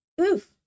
oof